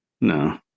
no